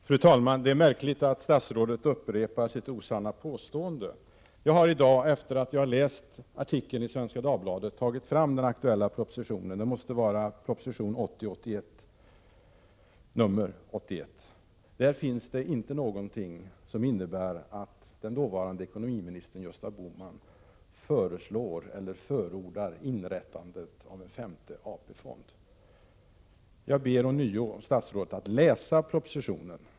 Fru talman! Det är märkligt att statsrådet upprepar sitt osanna påstående. Jag har i dag efter att ha läst artikeln i Svenska Dagbladet tagit fram den aktuella propositionen — det måste vara fråga om proposition 1980/81:81. Där finns det inte någonting om att den dåvarande ekonomiministern Gösta Bohman föreslår eller förordar inrättandet av en femte AP-fond. Jag ber att statsrådet ånyo läser propositionen.